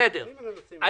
בסדר.